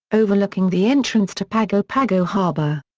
overlooking the entrance to pago pago harbor.